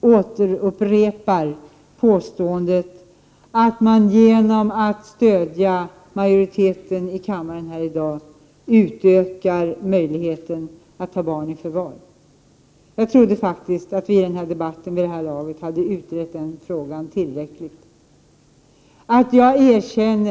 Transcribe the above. återupprepar påståendet att man genom att i kammaren i dag stödja majoriteten utökar möjligheten att ta barni förvar. Jag trodde faktiskt att vi vid det här laget hade utrett den frågan tillräckligt i debatten.